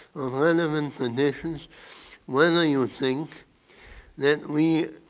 relevant conditions whether you think that we